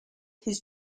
his